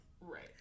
Right